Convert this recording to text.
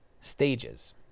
stages